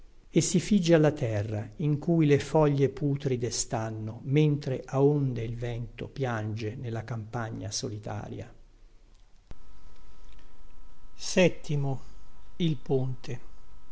e si figge alla terra in cui le foglie putride stanno mentre a onde il vento piange nella campagna solitaria la